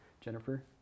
Jennifer